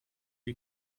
die